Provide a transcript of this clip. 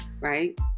right